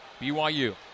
BYU